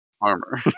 armor